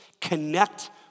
connect